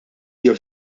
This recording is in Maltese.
jew